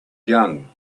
young